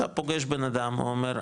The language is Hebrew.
אתה פוגש בנאדם הוא אומר,